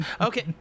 okay